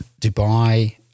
Dubai